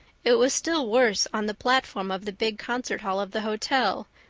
it was still worse on the platform of the big concert hall of the hotel,